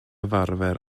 ymarfer